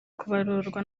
kubarurwa